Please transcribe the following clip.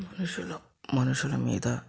మనుషులు మనుషులమీద